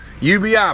UBI